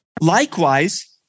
likewise